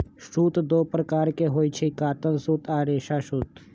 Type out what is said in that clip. सूत दो प्रकार के होई छई, कातल सूत आ रेशा सूत